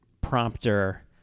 prompter